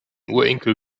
urenkel